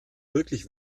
wirklich